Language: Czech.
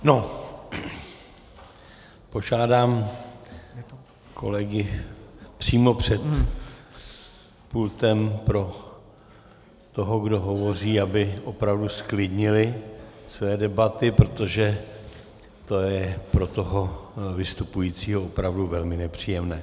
Požádám kolegy přímo před pultem pro toho, kdo hovoří, aby opravdu zklidnili své debaty, protože to je pro toho vystupujícího opravdu velmi nepříjemné.